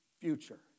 future